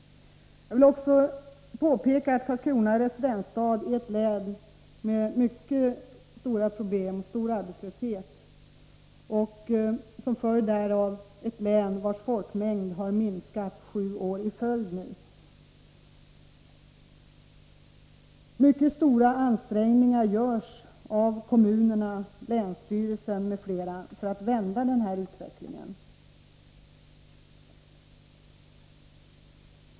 Jag vill också påpeka att Karlskrona är residensstad i ett län med mycket stora problem i form av arbetslöshet och att folkmängden som följd därav har minskat sju år i följd. Mycket stora ansträngningar görs av kommunerna, länsstyrelsen m.fl. för att vända utvecklingen.